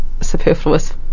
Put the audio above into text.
Superfluous